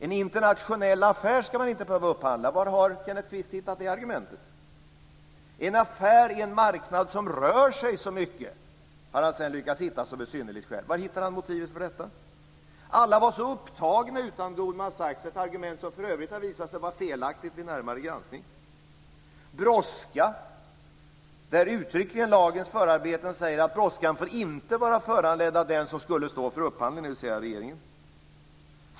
En internationell affär ska man inte behöva upphandla. Var har Kenneth Kvist hittat det argumentet? En affär i en marknad som rör sig så mycket, har han sedan lyckats hitta som ett synnerligt skäl. Var hittar han motivet för detta? Alla var så upptagna utom Goldman Sachs, ett argument som för övrigt har visat sig vara felaktigt vid närmare granskning. Brådska nämndes, när lagens förarbeten uttryckligen säger att brådskan inte får vara föranledd av den som skulle stå för upphandlingen, dvs. regeringen.